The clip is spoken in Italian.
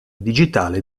digitale